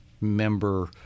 member